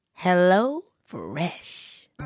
HelloFresh